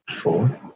four